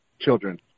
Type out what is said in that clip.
children